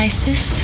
Isis